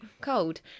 cold